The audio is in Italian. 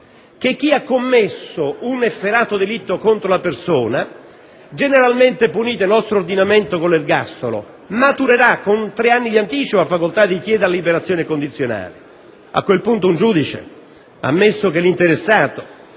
che chi ha commesso un efferato delitto contro la persona, generalmente punito nel nostro ordinamento con l'ergastolo, maturerà con tre anni di anticipo la facoltà di chiedere la liberazione condizionale. A quel punto un giudice, ammesso che l'interessato